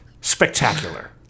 spectacular